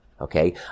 okay